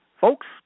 folks